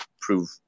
prove